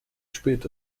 spät